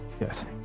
Yes